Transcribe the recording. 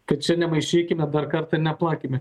kad čia nemaišykime dar kartą neplakime